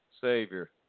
Savior